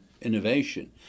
innovation